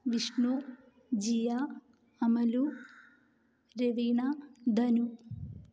Vishnu Jiya Amalu Raveena Dhanu